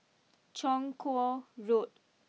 Chong Kuo Road